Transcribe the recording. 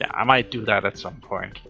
yeah i might do that at some point.